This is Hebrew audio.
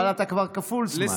אבל אתה כבר כפול זמן.